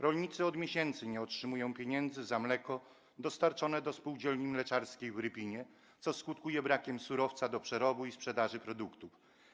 Rolnicy od miesięcy nie otrzymują pieniędzy za mleko dostarczone do spółdzielni mleczarskiej w Rypinie, co skutkuje brakiem surowca do przerobu i sprzedaży produktów.